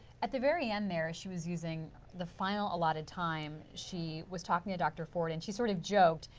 at the very end there, she was using the final allotted time. she was talking to dr. ford and she sort of joked.